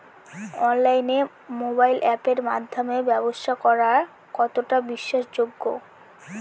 অনলাইনে মোবাইল আপের মাধ্যমে ব্যাবসা করা কতটা বিশ্বাসযোগ্য?